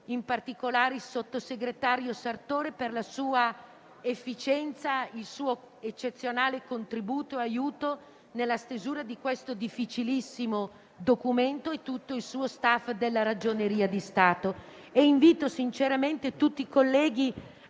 grazie a tutte